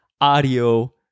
audio